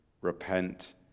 repent